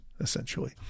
essentially